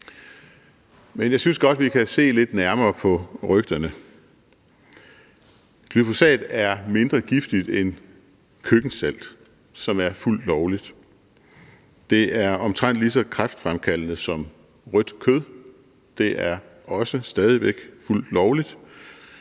Men jeg synes godt, at vi kan se lidt nærmere på rygterne. Glyfosat er mindre giftigt end køkkensalt, som er fuldt lovligt. Det er omtrent lige så kræftfremkaldende som rødt kød, og det er også stadig væk fuldt lovligt.